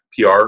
pr